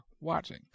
watching